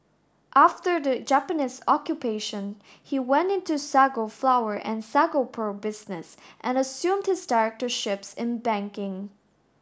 after the Japanese Occupation he went into sago flour and sago pearl business and assumed his directorships in banking